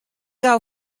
gau